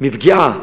מפגיעה